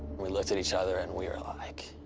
we looked at each other and we were like.